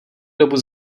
dobu